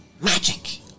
Magic